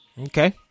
Okay